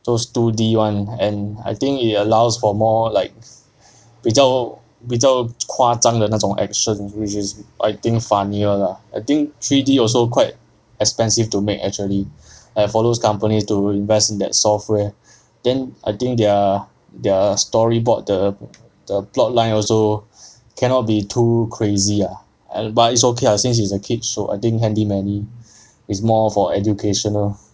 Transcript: those two D [one] and I think it allows for more like 比较比较夸张的那种 action which is I think funnier lah I think three D also quite expensive to make actually like for those companies to invest in that software then I think their their storyboard the the plot line also cannot be too crazy ah but it's okay ah since it's a kids' show I think handy manny is more for educational